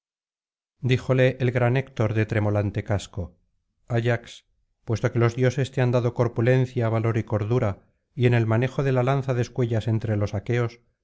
díjole el gran héctor de tremolante casco ayax puesto que los dioses te han dado corpulencia valor y cordura y en el manejo de la lanza descuellas entre los aqueos